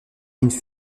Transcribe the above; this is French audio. lignes